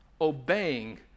Obeying